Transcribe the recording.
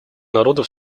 народов